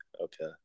Okay